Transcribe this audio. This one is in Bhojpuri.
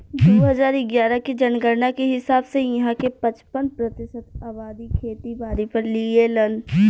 दू हजार इग्यारह के जनगणना के हिसाब से इहां के पचपन प्रतिशत अबादी खेती बारी पर जीऐलेन